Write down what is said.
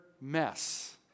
mess